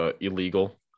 illegal